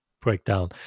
breakdown